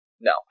no